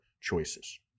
choices